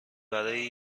برای